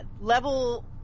Level